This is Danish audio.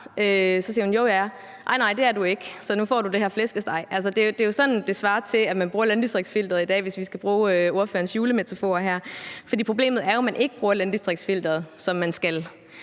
flæskesteg. Altså, det er jo på den måde, det svarer til, hvordan vi bruger landdistriktsfilteret i dag, hvis vi skal bruge ordførerens julemetafor her. For problemet er jo, at man ikke bruger landdistriktsfilteret, som man skal.